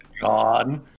gone